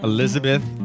Elizabeth